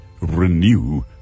renew